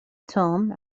توم